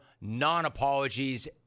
non-apologies